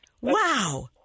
wow